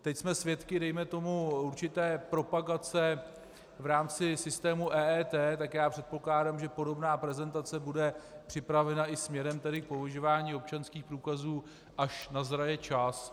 Teď jsme svědky dejme tomu určité propagace v rámci systému EET, tak já předpokládám, že podobná prezentace bude připravena tedy i směrem k používání občanských průkazů, až nazraje čas.